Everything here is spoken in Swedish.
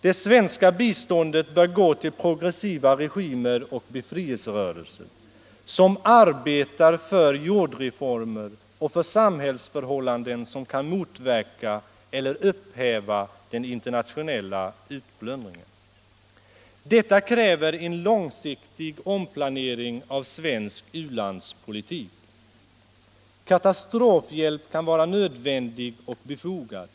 Det svenska biståndet bör gå till progressiva regimer och befrielserörelser, som arbetar för jordreformer och för samhällsförhållanden som kan motverka eller upphäva den internationella utplundringen. Detta kräver en långsiktig omplanering av svensk u-landspolitik. Katastrofhjälp kan vara nödvändig och befogad.